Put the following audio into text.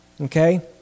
Okay